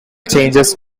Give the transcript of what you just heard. changes